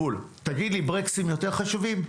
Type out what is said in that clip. תגיד לי, ברקסים יותר חשובים?